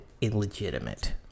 illegitimate